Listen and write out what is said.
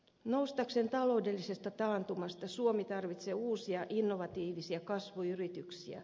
noustakseen taloudellisesta taantumasta suomi tarvitsee uusia innovatiivisia kasvuyrityksiä